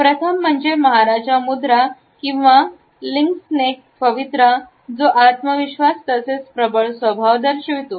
प्रथम म्हणजे महाराजा मुद्रा किंवा लिंकन्स्केक पवित्रा जो आत्मविश्वास तसेच प्रबळ स्वभाव दर्शवितो